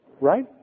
right